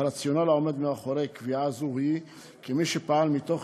"הרציונל העומד מאחורי קביעה זו הוא כי מי שפעל מתוך